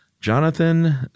Jonathan